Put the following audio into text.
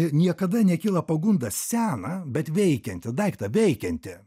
niekada nekyla pagunda seną bet veikiantį daiktą veikiantį